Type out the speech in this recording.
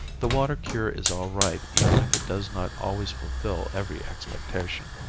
the water cure is all right even if it does not always fulfill every expectation.